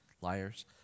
liars